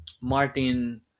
Martin